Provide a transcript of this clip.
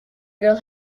girl